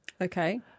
Okay